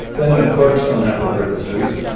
then the clerks don't have to wear the suits,